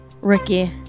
Ricky